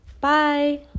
Bye